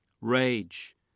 Rage